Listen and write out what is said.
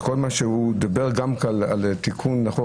שכל מה שדיבר על תיקון החוק,